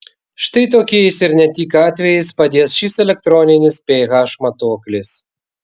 štai tokiais ir ne tik atvejais padės šis elektroninis ph matuoklis